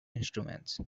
instruments